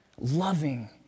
loving